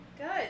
Good